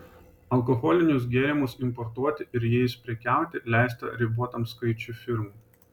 alkoholinius gėrimus importuoti ir jais prekiauti leista ribotam skaičiui firmų